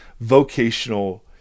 vocational